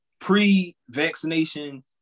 pre-vaccination